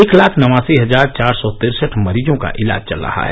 एक लाख नवासी हजार चार सौ तिरसठ मरीजों का इलाज चल रहा है